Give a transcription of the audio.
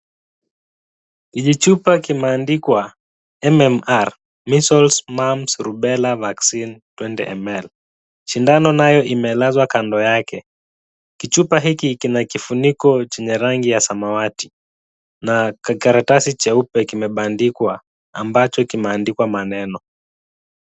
Kijichupa kimeandikwa MMR measles, mumps, rubella vaccine 20ml . Sindano nayo imelazwa kando yake. Kichupa hiki kina kifuniko chenye rangi ya samawati na karatasi cheupe kimebandikwa ambacho kimeandikwa maneno.